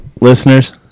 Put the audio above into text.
Listeners